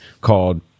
called